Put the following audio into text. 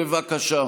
בבקשה.